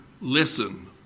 listen